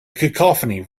cacophony